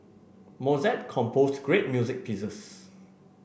Mozart composed great music pieces